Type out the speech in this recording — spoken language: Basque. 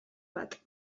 bat